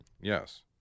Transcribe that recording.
Yes